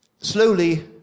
Slowly